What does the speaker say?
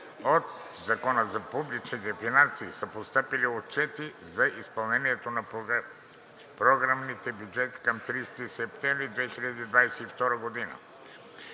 от Закона за публичните финанси са постъпили отчети за изпълнението на програмните бюджети към 30 септември 2022 г.